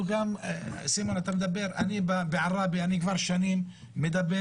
סימון, אני מעראבה, כבר שנים אני מדבר